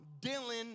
Dylan